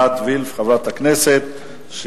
חברת הכנסת עינת וילף,